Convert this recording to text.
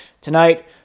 tonight